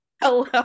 Hello